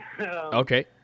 Okay